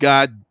God